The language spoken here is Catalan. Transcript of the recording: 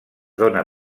dóna